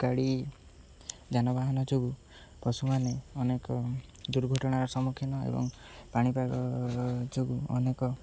ଗାଡ଼ି ଯାନବାହାନ ଯୋଗୁଁ ପଶୁମାନେ ଅନେକ ଦୁର୍ଘଟଣାର ସମ୍ମୁଖୀନ ଏବଂ ପାଣିପାଗ ଯୋଗୁଁ ଅନେକ